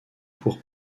pour